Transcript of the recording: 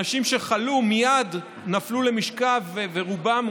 אנשים שחלו מייד נפלו למשכב ורובם,